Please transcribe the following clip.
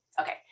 Okay